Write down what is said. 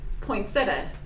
poinsettia